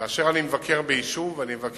כאשר אני מבקר ביישובים,